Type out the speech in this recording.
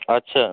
আচ্ছা